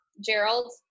Gerald